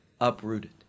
uprooted